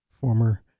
former